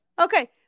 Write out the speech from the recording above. okay